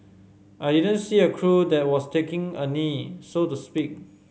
I didn't see a crew that was taking a knee so to speak